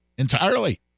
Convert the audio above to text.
Entirely